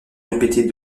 répétée